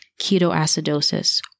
ketoacidosis